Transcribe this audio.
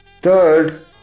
Third